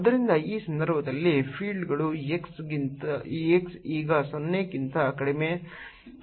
ಆದ್ದರಿಂದ ಈ ಸಂದರ್ಭದಲ್ಲಿ ಫೀಲ್ಡ್ಗಳು x ಈಗ 0 ಕ್ಕಿಂತ ಕಡಿಮೆ